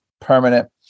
permanent